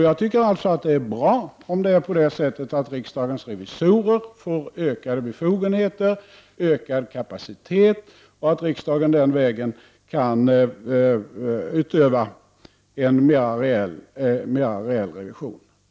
Jag tycker att det är bra om riksdagens revisorer får ökade befogenheter och ökad kapacitet och om riksdagen den vägen kan utöva en mer reell revision.